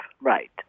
Right